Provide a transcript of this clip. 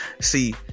see